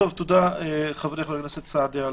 חברי חבר הכנסת סעדי,